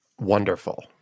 Wonderful